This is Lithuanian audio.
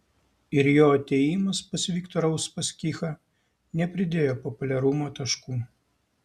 ir jo atėjimas pas viktorą uspaskichą nepridėjo populiarumo taškų